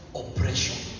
oppression